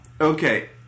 Okay